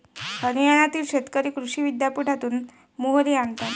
हरियाणातील शेतकरी कृषी विद्यापीठातून मोहरी आणतात